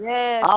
Yes